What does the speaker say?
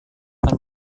akan